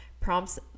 prompts